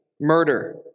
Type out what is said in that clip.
murder